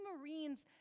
Marines